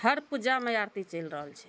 हर पूजामे आरती चलि रहल छै